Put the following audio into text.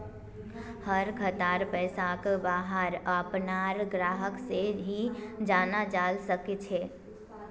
हर खातार पैसाक वहार अपनार ग्राहक से ही जाना जाल सकछे